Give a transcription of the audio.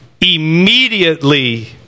immediately